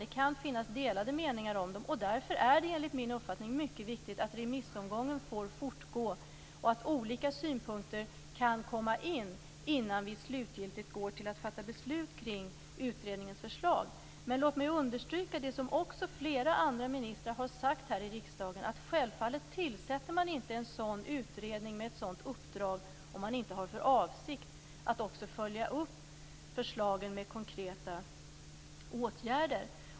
Det kan finnas delade meningar om dem. Därför är det enligt min uppfattning mycket viktigt att remissomgången får fortgå och att olika synpunkter kan komma in innan vi slutgiltigt går till att fatta beslut kring utredningens förslag. Låt mig understryka det som också flera andra ministrar har sagt här, att man självfallet inte tillsätter en sådan utredning med ett sådant uppdrag om man inte har avsikt att också följa upp förslagen med konkreta åtgärder.